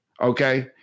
Okay